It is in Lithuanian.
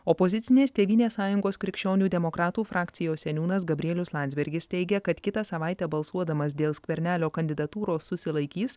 opozicinės tėvynės sąjungos krikščionių demokratų frakcijos seniūnas gabrielius landsbergis teigia kad kitą savaitę balsuodamas dėl skvernelio kandidatūros susilaikys